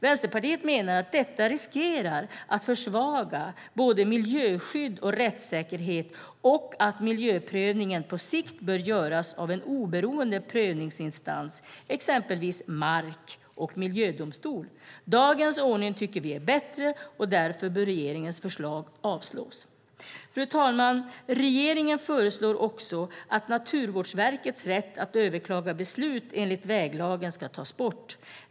Vänsterpartiet menar att detta riskerar att försvaga både miljöskydd och rättsäkerhet och att miljöprövningen på sikt bör göras av en oberoende prövningsinstans, exempelvis mark och miljödomstol. Dagens ordning tycker vi är bättre, och därför bör regeringens förslag avslås. Fru talman! Regeringen föreslår också att Naturvårdsverkets rätt att överklaga beslut enligt väglagen ska tas bort.